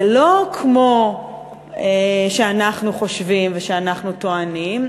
לא כמו שאנחנו חושבים ושאנחנו טוענים,